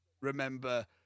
remember